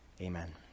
Amen